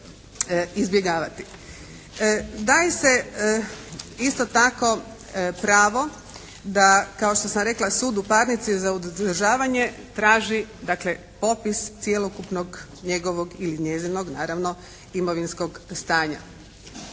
Daje se isto tako pravo da kao što sam rekla sud u parnici za uzdržavanje traži dakle popis cjelokupnog njegovog ili njezinog naravno imovinskog stanja.